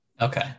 Okay